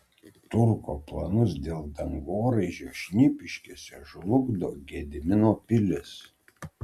turko planus dėl dangoraižio šnipiškėse žlugdo gedimino pilis